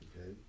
okay